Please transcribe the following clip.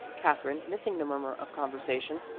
katherine, missing the murmur of conversation,